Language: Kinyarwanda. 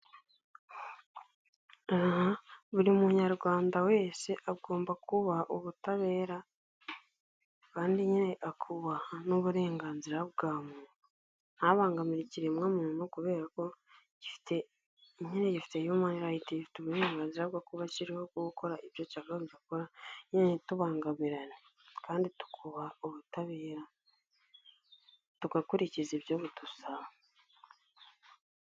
Buri munyarwanda wese agomba kubaha ubutabera kandi nyine akubaha n'uburenganzira bwa muntu. Ntabangamira ikiremwamuntu kubera ko gifite human right gifite uburenganzira bwo kuba kiriho, bwo gukora ibyo cyakagombye gukora, nyine ntitubangamirane kandi tukubaha ubutabera. Tugakurikiza ibyo budusaba.